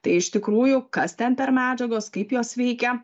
tai iš tikrųjų kas ten per medžiagos kaip jos veikia